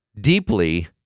deeply